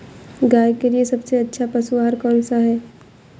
गाय के लिए सबसे अच्छा पशु आहार कौन सा है?